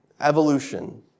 Evolution